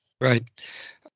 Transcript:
Right